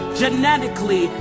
genetically